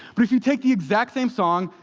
but if you take the exact same song,